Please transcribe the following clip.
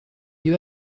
you